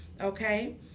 Okay